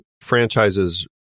franchises